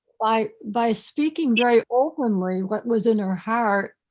like by speaking very openly, what was in her heart,